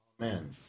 Amen